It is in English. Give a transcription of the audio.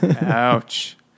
ouch